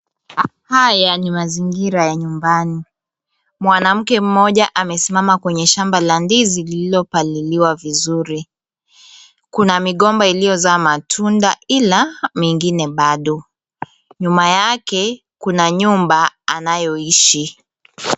Haya ni mazingira ya nyumbani. Mwanamke mmoja amesimama kwenye shamba la ndizi lililopaliliwa vizuri. Kuna migomba iliyozaa matunda ila mingine bado. Nyuma yake kuna nyumba anayoishi.